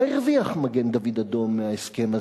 מה הרוויח מגן-דוד-אדום מההסכם הזה,